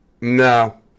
no